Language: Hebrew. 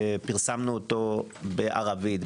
פרסמנו אותו בערבית,